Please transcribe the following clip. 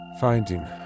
finding